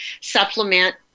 supplement